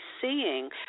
seeing